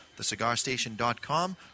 thecigarstation.com